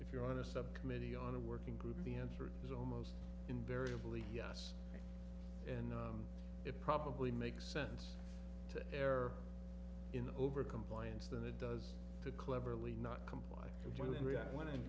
if you're on a subcommittee on a working group the answer is almost invariably yes and it probably makes sense to err in the over compliance than it does to cleverly not comply completely